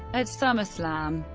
at summerslam,